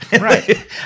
right